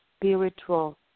spiritual